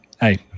Hey